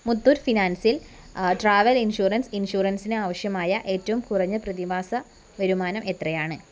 മുത്തൂറ്റ് ഫിനാൻസിൽ travel insurance ഇൻഷുറൻസിന് ആവശ്യമായ ഏറ്റവും കുറഞ്ഞ പ്രതിമാസ വരുമാനം എത്രയാണ്